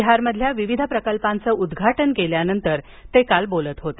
बिहारमधील विविध प्रकल्पांचं उद्घाटन केल्यानंतर ते काल बोलत होते